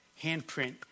Handprint